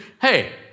Hey